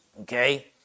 okay